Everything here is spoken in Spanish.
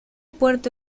puerto